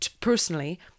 personally